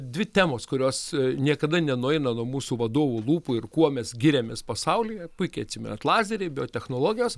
dvi temos kurios niekada nenueina nuo mūsų vadovų lūpų ir kuo mes giriamės pasaulyje puikiai atsimenat lazeriai biotechnologijos